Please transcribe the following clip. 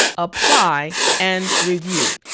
apply, and review.